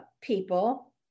people